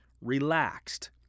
relaxed